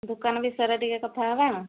ଦୋକାନ ବିଷୟରେ ଟିକେ କଥା ହେବା